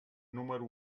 número